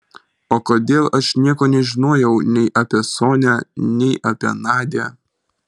o kodėl aš nieko nežinojau nei apie sonią nei apie nadią